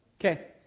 Okay